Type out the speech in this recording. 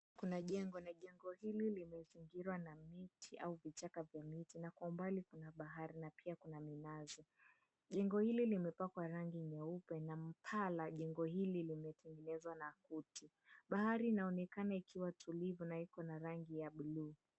Kuna jengo na jengo hili limezingirwa na miti au vichaka vya miti na kwa umbali kuna bahari na pia kuna minazi. Jengo hili limepakwa rangi nyeupe na paa la jengo hili limetengenezwa na kuti. Bahari inaonekana ikiwa tulivu na ikona rangi ya buluu.